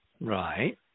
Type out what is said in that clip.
Right